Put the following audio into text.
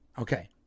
Okay